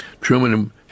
Truman